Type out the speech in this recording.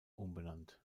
umbenannt